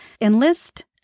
enlist